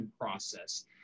process